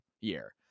year